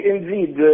indeed